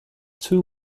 two